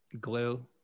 glue